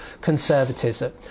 conservatism